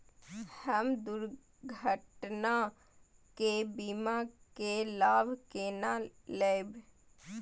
हम दुर्घटना के बीमा के लाभ केना लैब?